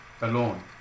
alone